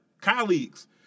colleagues